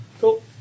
cool